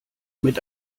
mit